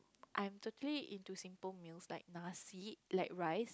I'm totally in to simple meals like nasi like rice